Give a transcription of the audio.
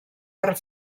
per